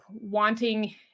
wanting